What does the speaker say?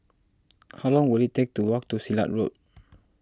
how long will it take to walk to Silat Road